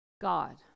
God